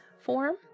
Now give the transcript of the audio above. form